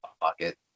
pocket